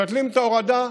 מבטלים את ההורדה,